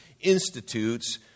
institutes